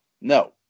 No